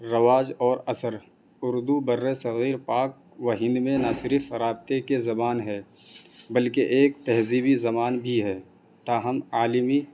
رواج اور اثر اردو بر صغیر پاک و ہند میں نہ صرف رابطے کی زبان ہے بلکہ ایک تہذیبی زبان بھی ہے تاہم عالمی